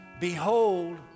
behold